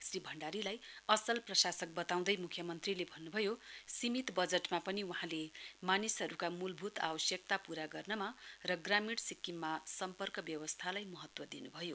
श्री भण्डारीलाई असल प्रशासक बताउँदै म्ख्यमन्त्रीले भन्न्भयो सीमित बजटमा पनि वहाँले मानिसहरूका मूलभूत आवश्यकता प्रा गर्नमा र ग्रामीण सिक्किममा सम्पर्क व्यवस्थालाई महत्व दिन् भयो